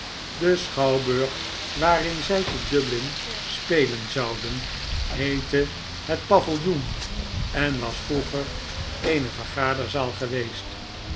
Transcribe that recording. de schouwburg waarin zy te dublin spejozef grimaldi len zouden heette het paviljoen en was vroeger eene vergaderzaal geweest